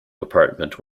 department